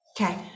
Okay